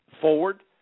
Forward